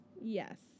Yes